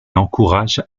encourage